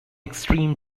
xtreme